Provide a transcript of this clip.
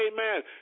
amen